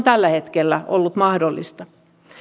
tällä hetkellä on ollut mahdollista